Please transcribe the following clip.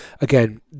again